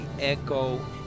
echo